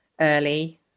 early